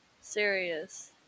serious